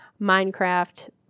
Minecraft